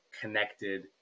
connected